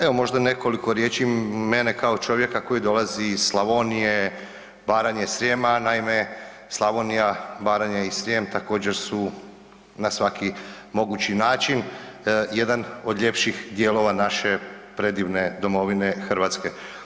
Evo možda nekoliko riječi mene kao čovjeka koji dolazi iz Slavonije, Baranje, Srijema, naime Slavonija, Baranja i Srijem također su na svaki mogući način jedan od ljepših dijelova naše predivne domovine Hrvatske.